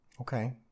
Okay